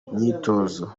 myitozo